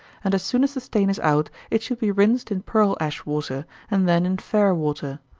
and as soon as the stain is out, it should be rinsed in pearl-ash water, and then in fair water.